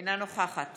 אינה נוכחת